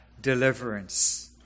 deliverance